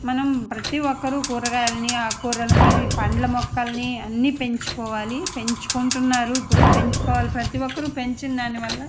మనం ప్రతి ఒక్కరు కూరగాయలని ఆకుకూరలని పండ్ల మొక్కల్ని అన్నీ పెంచుకోవాలి పెంచుకుంటున్నారు ఇప్పుడు పెంచుకోవాలి ప్రతి ఒక్కరూ పెంచిన దానివల్ల